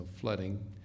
flooding